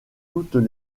toutes